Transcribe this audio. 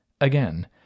again